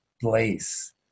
place